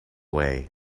way